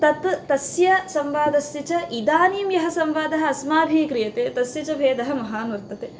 तत् तस्य संवादस्य च इदानीं यः संवादः अस्माभिः क्रियते तस्य च भेदः महान् वर्तते